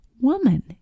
woman